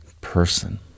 person